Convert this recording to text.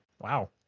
Wow